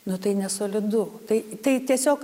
nu tai nesolidu tai tai tiesiog